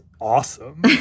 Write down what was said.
awesome